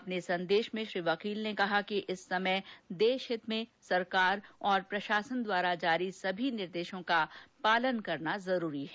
अपने संदेश में श्री वकील ने कहा कि इस समय देशहित में सरकार और प्रशासन द्वारा जारी सभी निर्देशों का पालन करना जरूरी है